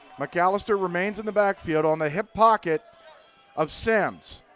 mcalister remains in the backfield on the hip pocket of simms.